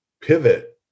pivot